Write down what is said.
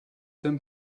them